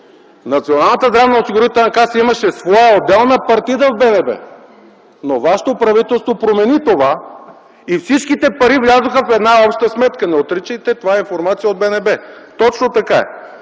Националната здравноосигурителна каса имаше своя отделна партида в Българската народна банка, но вашето правителство промени това и всичките пари влязоха в една обща сметка. Не отричайте, това е информация от БНБ, точно така е.